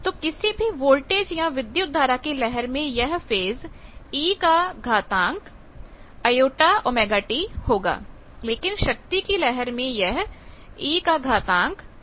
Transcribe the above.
तो किसी भी वोल्टेज या विद्युत धारा की लहर में यह फेज़ ejωt होगा लेकिन शक्ति की लहर में यह ej2ωt होगा